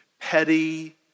petty